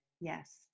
Yes